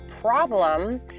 problem